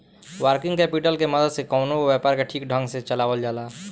working capital की मदद से कवनो व्यापार के ठीक ढंग से चलावल जाला